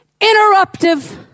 interruptive